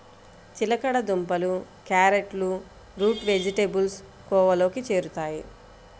చిలకడ దుంపలు, క్యారెట్లు రూట్ వెజిటేబుల్స్ కోవలోకి చేరుతాయి